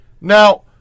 Now